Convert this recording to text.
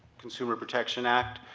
consumer protection act.